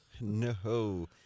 No